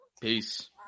peace